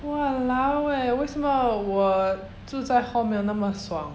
!walao! eh 为什么我住在 hall 没有那么爽